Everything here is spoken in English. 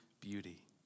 beauty